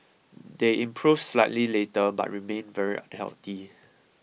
they improved slightly later but remained very unhealthy